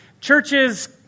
churches